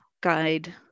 guide